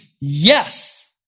yes